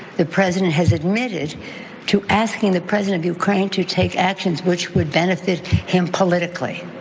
the president has admitted to asking the president of ukraine to take actions which would benefit him politically.